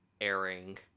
airing